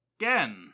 Again